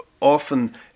often